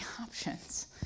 options